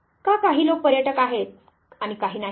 का काही लोक पर्यटक आहेत आणि काही नाहीत